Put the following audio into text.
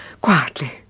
quietly